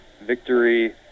victory